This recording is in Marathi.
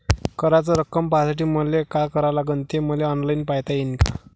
कराच रक्कम पाहासाठी मले का करावं लागन, ते मले ऑनलाईन पायता येईन का?